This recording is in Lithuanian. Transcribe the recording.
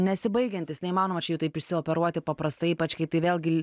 nesibaigiantys neįmanoma čia jų taip išsioperuoti paprastai ypač kai tai vėlgi